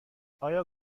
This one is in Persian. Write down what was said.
آیا